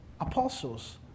apostles